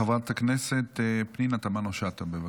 חברת הכנסת פנינה תמנו שטה, בבקשה.